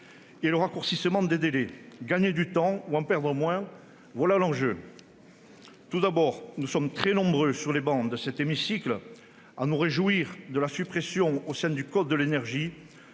et de réduction des délais. Gagner du temps, ou en perdre moins, voilà l'enjeu ! Tout d'abord, nous sommes très nombreux, sur les travées de cet hémicycle, à nous réjouir de la suppression, au sein du code de l'énergie,